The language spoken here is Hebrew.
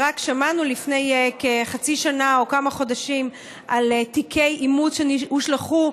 שמענו רק לפני כחצי שנה או כמה חודשים על תיקי אימוץ שהושלכו,